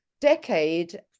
decade